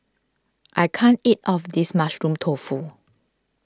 I can't eat all of this Mushroom Tofu